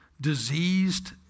diseased